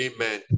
Amen